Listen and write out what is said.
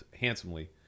handsomely